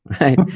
right